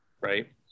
Right